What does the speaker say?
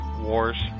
wars